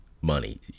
money